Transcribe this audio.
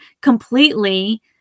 completely